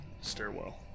stairwell